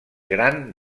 gran